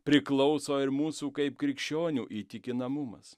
priklauso ir mūsų kaip krikščionių įtikinamumas